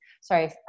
sorry